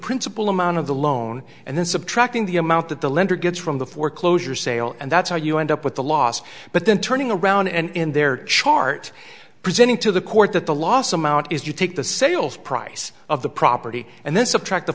principal amount of the loan and then subtracting the amount that the lender gets from the foreclosure sale and that's how you end up with the loss but then turning around and in their chart presenting to the court that the loss amount is you take the sales price of the property and then subtract the